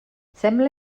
sembla